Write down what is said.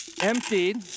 emptied